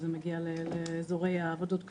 חמורות עבודות כפייה,